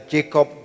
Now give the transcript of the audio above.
Jacob